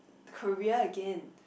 Korea again